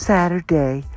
Saturday